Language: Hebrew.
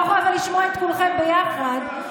מעבר לזה שזה, אבל אני לא יכולה את כולכם ביחד.